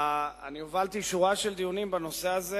אני הובלתי שורה של דיונים בנושא הזה.